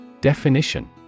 Definition